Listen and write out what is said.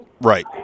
Right